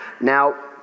Now